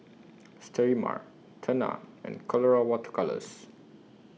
Sterimar Tena and Colora Water Colours